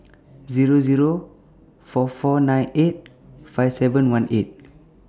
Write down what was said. Zero Zero four four nine eight five seven one eight